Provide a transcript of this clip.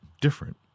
different